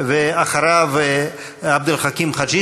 יש לך רוב ערבי בין הירדן לים,